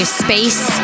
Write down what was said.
space